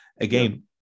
again